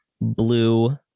blue